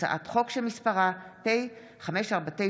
הצעת חוק שמספרה פ/549/24.